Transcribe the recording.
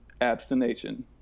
abstination